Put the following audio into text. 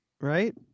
Right